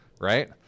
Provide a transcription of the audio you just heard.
right